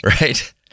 Right